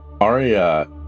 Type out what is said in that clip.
Aria